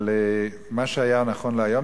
אבל מה שהיה נכון להיום,